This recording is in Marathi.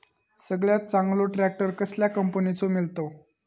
सगळ्यात चांगलो ट्रॅक्टर कसल्या कंपनीचो मिळता?